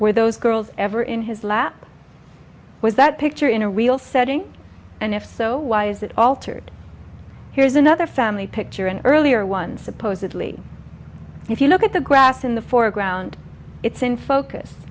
where those girls ever in his lap was that picture in a real setting and if so why is it altered here's another family picture an earlier one supposedly if you look at the grass in the foreground it's in focus